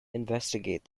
investigate